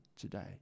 today